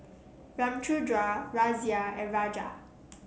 Ramchundra Razia and Raja